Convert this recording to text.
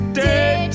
day